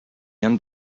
end